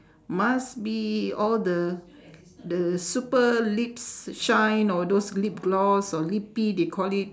must be all the the super lips shine or those lip gloss or lippie they call it